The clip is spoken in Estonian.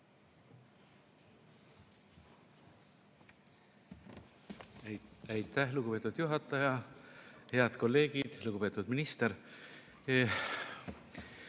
Aitäh, lugupeetud juhataja! Head kolleegid! Lugupeetud minister!